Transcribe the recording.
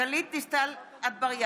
גלית דיסטל אטבריאן,